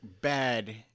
bad